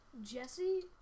Jesse